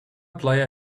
player